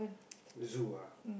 zoo ah